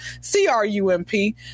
C-R-U-M-P